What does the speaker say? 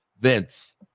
Vince